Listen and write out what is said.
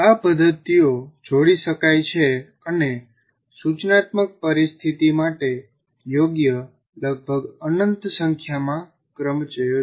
આ પદ્ધતિઓ જોડી શકાય છે અને સૂચનાત્મક પરિસ્થિતિ માટે યોગ્ય લગભગ અનંત સંખ્યામાં ક્રમચયો છે